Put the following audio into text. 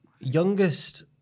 Youngest